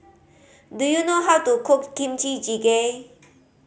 do you know how to cook Kimchi Jjigae